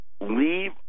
leave